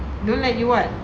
don't let you what